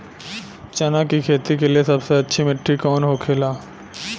चना की खेती के लिए सबसे अच्छी मिट्टी कौन होखे ला?